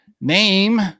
Name